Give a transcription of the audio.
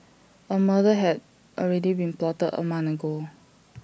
A murder had already been plotted A month ago